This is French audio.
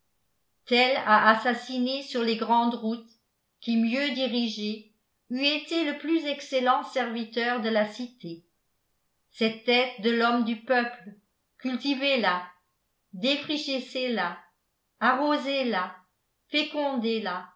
a assassiné sur les grandes routes qui mieux dirigé eût été le plus excellent serviteur de la cité cette tête de l'homme du peuple cultivez la défrichez la arrosez la fécondez la